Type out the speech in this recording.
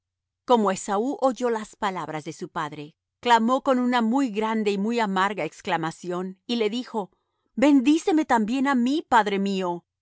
como esaú oyó las palabras de su padre clamó con una muy grande y muy amarga exclamación y le dijo bendíceme también á mí padre mío